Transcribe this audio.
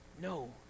No